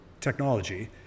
technology